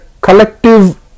collective